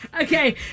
okay